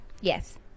Yes